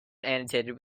annotated